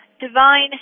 Divine